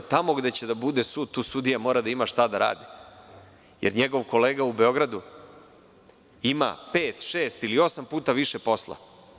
Tamo gde će da bude sud, tamo sudija mora da ima šta da radi, jer njegov kolega u Beogradu ima pet, šest ili osam puta više posla.